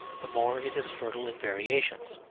the more it is fertile in variations.